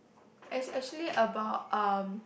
is actually about um